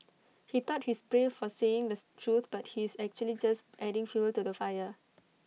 he thought he's brave for saying this truth but he's actually just adding fuel to the fire